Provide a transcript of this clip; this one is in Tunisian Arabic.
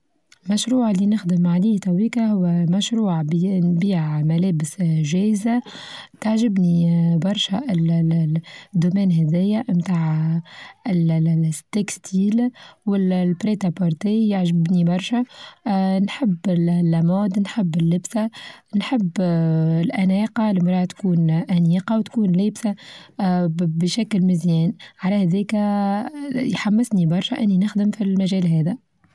المشروع اللي نخدم عليه تويكا هو مشروع نبيع ملابس چاهزة تعچبني برشا هذايا نتاع الستيكس ستيل والبريتا بورتيه يعجبني برشا، آآ نحب الموضة نحب اللبسة نحب الأناقة المرا تكون أنيقة وتكون لابسة بشكل مزيان على هاذيكا يحمسني برشا إني نخدم في المجال هذا.